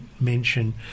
mention